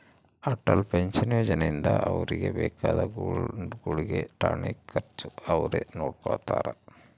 Atal pension ಯೋಜನೆ ಇಂದ ಅವ್ರಿಗೆ ಬೇಕಾದ ಗುಳ್ಗೆ ಟಾನಿಕ್ ಖರ್ಚು ಅವ್ರೆ ನೊಡ್ಕೊತಾರ